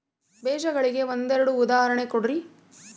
ಬೇಜಗಳಿಗೆ ಒಂದೆರಡು ಉದಾಹರಣೆ ಕೊಡ್ರಿ?